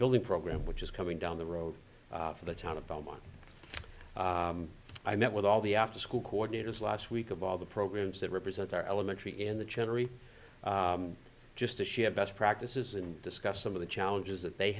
building program which is coming down the road from the town of goma i met with all the afterschool coordinators last week of all the programs that represent our elementary and the general just to ship best practices and discuss some of the challenges that they